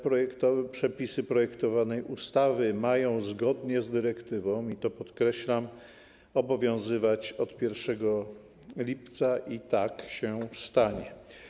Przepisy projektowanej ustawy mają zgodnie z dyrektywą, i to podkreślam, obowiązywać od 1 lipca - i tak się stanie.